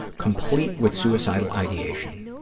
complete with suicidal ideation.